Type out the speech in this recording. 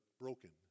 broken